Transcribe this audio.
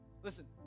Listen